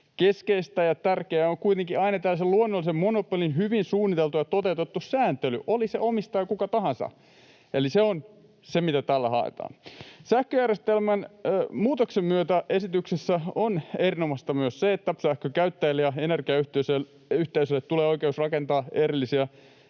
keskeistä ja tärkeää on kuitenkin aina tällaisen luonnollisen monopolin hyvin suunniteltu ja toteutettu sääntely, oli se omistaja kuka tahansa. Eli se on se, mitä tällä haetaan. Sähköjärjestelmän muutoksen myötä esityksessä on erinomaista myös se, että sähkönkäyttäjille ja energiayhteisöille tulee oikeus rakentaa erillisiä